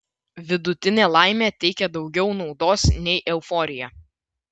vidutinė laimė teikia daugiau naudos nei euforija